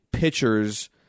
Pitchers